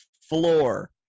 floor